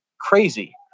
crazy